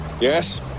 Yes